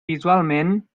visualment